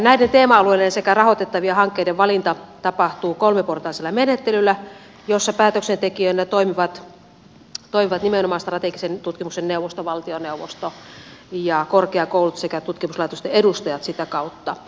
näiden teema alueiden sekä rahoitettavien hankkeiden valinta tapahtuu kolmiportaisella menettelyllä jossa päätöksentekijöinä toimivat nimenomaan strategisen tutkimuksen neuvosto valtioneuvosto ja korkeakoulut sekä tutkimuslaitosten edustajat sitä kautta